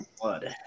blood